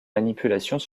manipulations